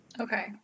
Okay